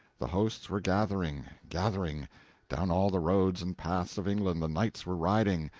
the hosts were gathering, gathering down all the roads and paths of england the knights were riding,